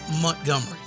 Montgomery